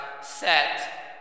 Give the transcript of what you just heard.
set